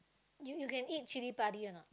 you you can eat chili-padi a not